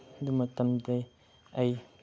ꯑꯗꯨ ꯃꯇꯝꯗꯨꯗꯒꯤ ꯑꯩ